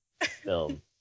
film